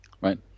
Right